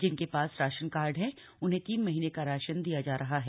जिनके पास ration card है उन्हें तीन महीने का राशन दिया जा रहा है